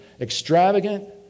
extravagant